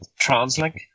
TransLink